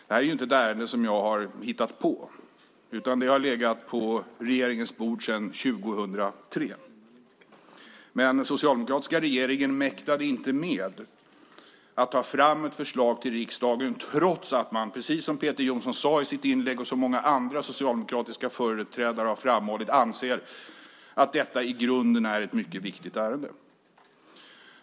Det här är inte ett ärende som jag har hittat på, utan det har legat på regeringens bord sedan 2003. Men den socialdemokratiska regeringen mäktade inte med att ta fram ett förslag till riksdagen, trots att man, precis som Peter Jonsson sade i sitt inlägg och som många andra socialdemokratiska företrädare har framhållit, anser att detta i grunden är ett mycket viktigt ärende.